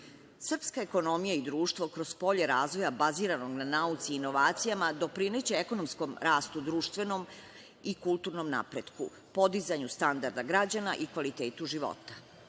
istog. Srpska ekonomija i društvo kroz polje razvoja baziranog na nauci i inovacijama doprineće ekonomskom rastu, društvenom i kulturnom napretku, podizanju standarda građana i kvalitetu života.